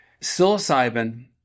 Psilocybin